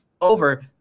over